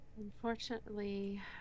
Unfortunately